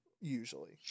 usually